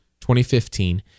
2015